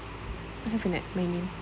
okay have or not my name